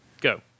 Go